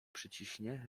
przyciśnie